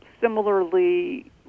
Similarly